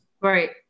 Right